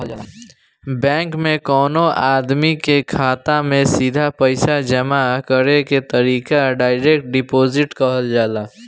bank में कवनो आदमी के खाता में सीधा पईसा जामा करे के तरीका डायरेक्ट डिपॉजिट कहल जाला